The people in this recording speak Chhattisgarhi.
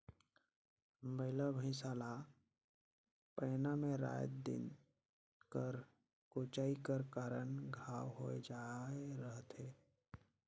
बइला भइसा ला पैना मे राएत दिन कर कोचई कर कारन घांव होए जाए रहथे